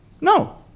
no